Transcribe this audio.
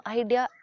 idea